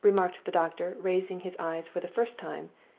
remarked the doctor, raising his eyes for the first time,